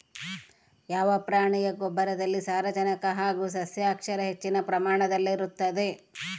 ಯಾವ ಪ್ರಾಣಿಯ ಗೊಬ್ಬರದಲ್ಲಿ ಸಾರಜನಕ ಹಾಗೂ ಸಸ್ಯಕ್ಷಾರ ಹೆಚ್ಚಿನ ಪ್ರಮಾಣದಲ್ಲಿರುತ್ತದೆ?